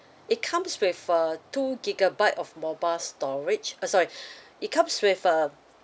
it comes with uh two gigabyte of mobile storage uh sorry it comes with uh